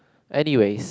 anyways